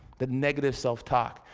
the negative self-talk.